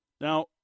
Now